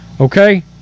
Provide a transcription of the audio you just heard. okay